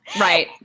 Right